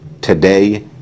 today